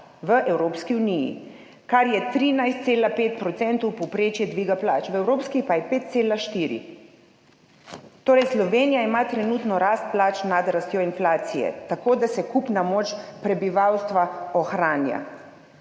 v Evropski uniji, kar je 13,5 % povprečje dviga plač, v evropski pa je 5,4 %. Torej ima Slovenija trenutno rast plač nad rastjo inflacije, tako da se kupna moč prebivalstva ohranja.